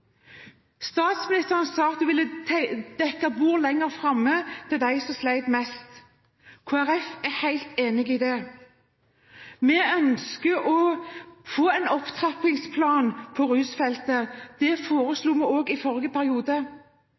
Statsministeren sa at de ville dekke bord lenger framme til dem som sliter mest. Kristelig Folkeparti er helt enig i det. Vi ønsker å få en opptrappingsplan på rusfeltet. Det foreslo vi også i forrige periode.